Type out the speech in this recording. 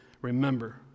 remember